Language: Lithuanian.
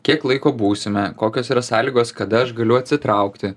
kiek laiko būsime kokios yra sąlygos kada aš galiu atsitraukti